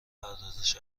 پردازش